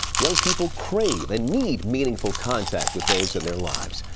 young people crave and need meaningful contact with those in their lives.